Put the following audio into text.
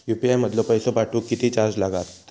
UPI मधलो पैसो पाठवुक किती चार्ज लागात?